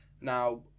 Now